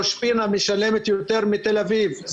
ראש פינה משלמת יותר מתל אביב.